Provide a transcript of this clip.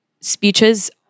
speeches